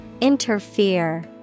Interfere